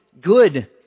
good